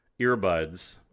earbuds